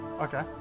Okay